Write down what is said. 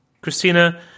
Christina